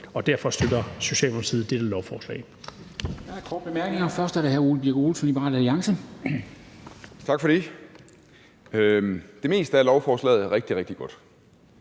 og derfor støtter Socialdemokratiet dette lovforslag.